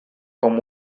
com